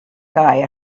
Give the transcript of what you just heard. guy